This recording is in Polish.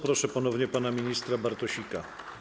Proszę ponownie pana ministra Bartosika.